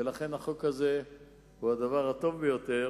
ולכן החוק הזה הוא הדבר הטוב ביותר